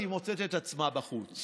גברתי היושבת בראש,